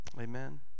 Amen